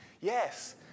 Yes